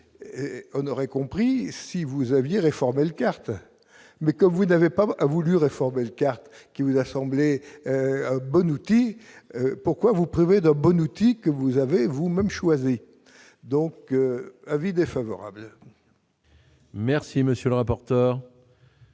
on aurait compris si vous aviez réformer l'carte mais comme vous n'avez pas m'a voulu réformer cartes qui vous a semblé bon outil pourquoi vous priver d'un bon outil que vous avez vous-même choisi donc avis défavorable. Merci, monsieur le rapporteur.